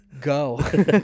Go